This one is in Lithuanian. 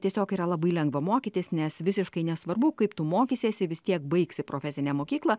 tiesiog yra labai lengva mokytis nes visiškai nesvarbu kaip tu mokysiesi vis tiek baigsi profesinę mokyklą